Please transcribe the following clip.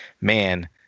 man